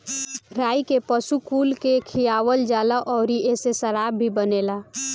राई के पशु कुल के खियावल जाला अउरी एसे शराब भी बनेला